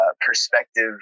perspective